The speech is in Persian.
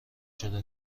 شده